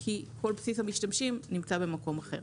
כי כול בסיס המשתמשים נמצא במקום אחר.